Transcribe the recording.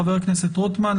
חבר הכנסת רוטמן,